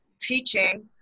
teaching